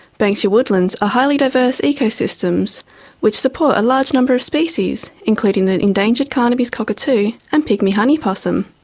banksia woodlands are highly diverse ecosystems which support a large number of species, including the endangered carnaby's cockatoo and pygmy honey possum.